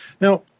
Now